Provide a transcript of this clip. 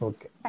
Okay